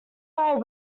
buy